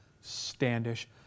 Standish